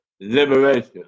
liberation